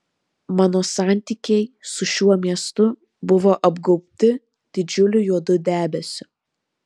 mano santykiai su šiuo miestu buvo apgaubti didžiuliu juodu debesiu